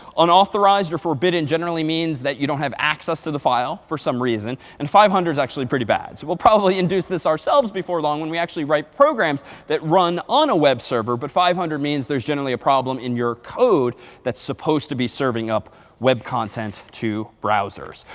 unauthorized or forbidden generally means that you don't have access to the file for some reason. and five hundred s actually pretty bad. so we'll probably induce this ourselves before long when we actually write programs that run on a web server. but five hundred means there's generally a problem in your code that's supposed to be serving up web content to browsers.